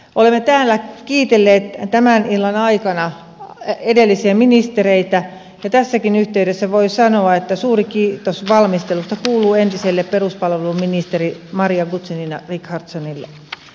olemme täällä kiitelleet tämän illan aikana edellisiä ministereitä ja tässäkin yhteydessä voin sanoa että suuri kiitos valmistelusta kuuluu entiselle peruspalveluministeri maria guzenina richardsonille